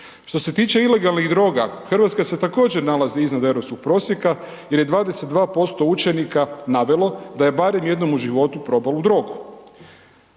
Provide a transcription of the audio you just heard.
Što se tiče ilegalnih droga Hrvatska se također nalazi iznad europskog prosjeka jer je 22% učenika navelo da je barem jednom u životu probalo drogu.